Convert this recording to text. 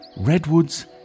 redwoods